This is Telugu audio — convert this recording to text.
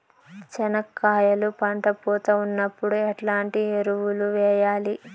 చెనక్కాయలు పంట పూత ఉన్నప్పుడు ఎట్లాంటి ఎరువులు వేయలి?